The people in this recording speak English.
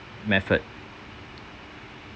method